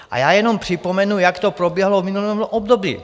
A já jenom připomenu, jak to proběhlo v minulém období.